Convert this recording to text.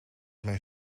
mijn